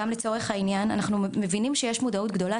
גם לצורך העניין אנחנו מבינים שיש מודעות גדולה,